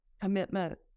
commitment